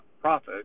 profit